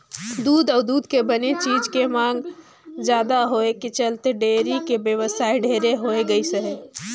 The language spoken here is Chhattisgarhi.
दूद अउ दूद के बने चीज के मांग जादा होए के चलते डेयरी के बेवसाय ढेरे होय गइसे